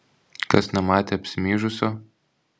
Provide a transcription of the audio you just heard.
kas nematė apsimyžusio